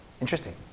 interesting